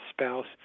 spouse